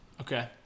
okay